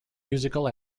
musical